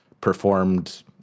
performed